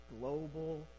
global